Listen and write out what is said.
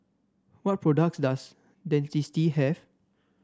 what products does Dentiste have